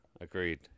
Agreed